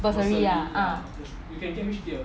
bursary ah